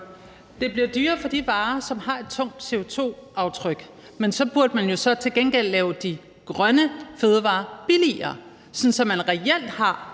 Det bliver dyrere for de varer, som har et tungt CO2-aftryk, men så burde man jo så til gengæld lave de grønne fødevarer billigere, sådan at man reelt har